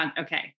Okay